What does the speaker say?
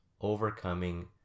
overcoming